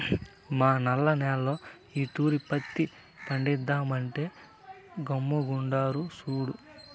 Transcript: మా నల్ల నేల్లో ఈ తూరి పత్తి పంటేద్దామంటే గమ్ముగుండాడు సూడు